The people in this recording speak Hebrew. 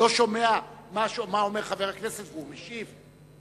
הוא לא שומע מה אומר חבר הכנסת והוא משיב?